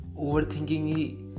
overthinking